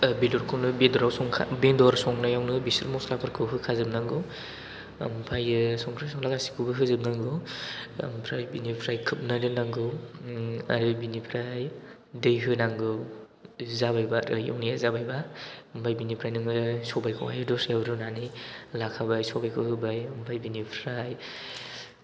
बेदरखौनो बेदराव संखा बेदर संनायावनो बेसोर मस्लाफोरखौ होखाजोबनांगौ ओमफ्रायो संख्रि संला गासैखौबो होजोबनांगौ ओमफ्राय बेनिफ्राय खोबना दोननांगौ आरो बिनिफ्राय दै होनांगौ जाबायबा एवनाया जाबायबा ओमफ्राय बिनिफ्राय नोङो सबायखौहाय दस्रायाव रुनानै लाखाबाय सबायखौ होबाय ओमफ्राय बिनिफ्राय